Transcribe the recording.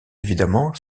évidemment